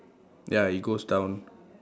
ya it goes down